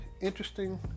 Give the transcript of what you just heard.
interesting